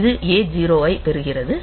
இது A 0 ஐப் பெறுகிறது